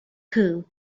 coup